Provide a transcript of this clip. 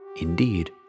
indeed